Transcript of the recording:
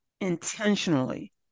intentionally